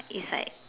is like